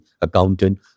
accountant